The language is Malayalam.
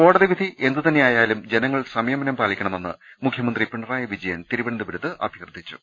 കോടതിവിധി എന്തുതന്നെയാ യാലും ജനങ്ങൾ സംയമനം പാലിക്കണമെന്ന് മുഖ്യമന്ത്രി പിണറായി വിജ യൻ തിരുവനന്തപുരത്ത് അഭ്യർത്ഥിച്ചു